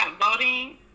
voting